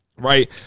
Right